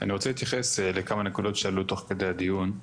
אני רוצה להתייחס לכמה נקודות שעלו תוך כדי הדיון,